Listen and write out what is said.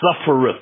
suffereth